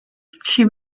she